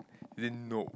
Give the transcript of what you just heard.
didn't know